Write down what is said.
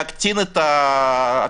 להקטין את התחלואה,